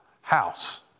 house